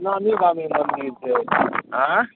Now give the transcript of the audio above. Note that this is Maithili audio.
नामी गामी मन्दिर छै एँ